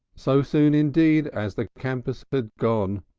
so soon, indeed, as the campers had gone.